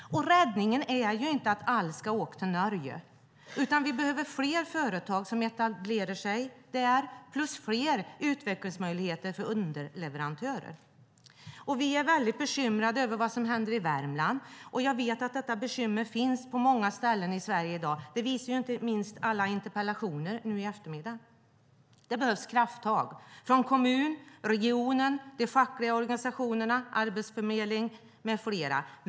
Räddningen är inte att alla ska åka till Norge, utan vi behöver fler företag som etablerar sig i Värmland och fler utvecklingsmöjligheter för underleverantörer. Vi är mycket bekymrade över vad som händer i Värmland. Jag vet att detta bekymmer finns på många ställen i Sverige i dag. Det visar inte minst alla interpellationer nu i eftermiddag. Det behövs krafttag från kommunen, regionen, de fackliga organisationerna, Arbetsförmedlingen med flera.